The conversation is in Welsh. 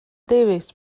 davies